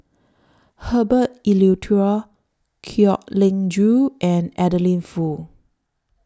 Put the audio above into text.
Herbert Eleuterio Kwek Leng Joo and Adeline Foo